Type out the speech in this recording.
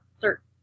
certain